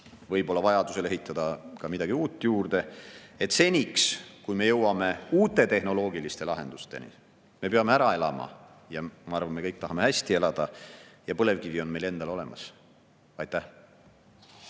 võib-olla vajadusel ehitada ka midagi uut juurde. Seni, kuni me jõuame uute tehnoloogiliste lahendusteni, me peame ära elama. Ja ma arvan, me kõik tahame hästi elada. Põlevkivi on meil endal olemas. Aitäh!